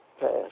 passed